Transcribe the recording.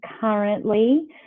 currently